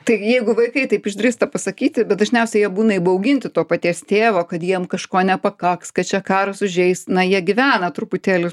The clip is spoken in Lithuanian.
tai jeigu vaikai taip išdrįsta pasakyti bet dažniausiai jie būna įbauginti to paties tėvo kad jiem kažko nepakaks kad čia karas užeis na jie gyvena truputėlį